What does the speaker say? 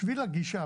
שביל הגישה,